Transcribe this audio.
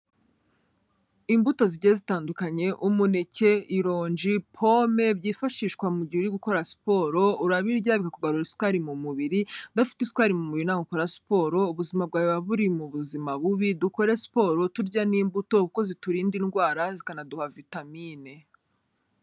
Imbuto zigiye zitandukanye, umuneke, ironji, pome, byifashishwa mu gihe uri gukora siporo, urabirya bikakugarurira isukari mu mubiri, udafite isukari mu mibiri ntago ukora siporo ubuzima bwawe buba buri mu buzima bubi, dukore siporo turya n'imbuto kuko ziturinda indwara zikanaduha vitamine.